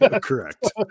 Correct